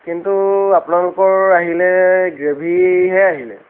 কিন্তু আপোনালোকৰ আহিলে গ্ৰেভিহে আহিলে